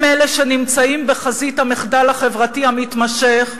הם, שנמצאים בחזית המחדל החברתי המתמשך,